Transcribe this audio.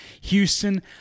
Houston